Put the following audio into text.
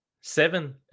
seven